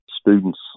students